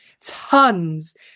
tons